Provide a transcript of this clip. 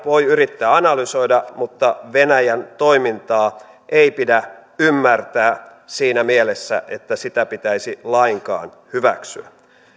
voi yrittää analysoida mutta venäjän toimintaa ei pidä ymmärtää siinä mielessä että sitä pitäisi lainkaan hyväksyä